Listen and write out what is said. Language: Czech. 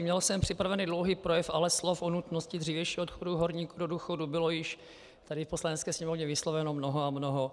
Měl jsem připravený dlouhý projev, ale slov o nutnosti dřívějšího odchodu horníků do důchodu bylo již tady v Poslanecké sněmovně vysloveno mnoho a mnoho.